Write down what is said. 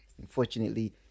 Unfortunately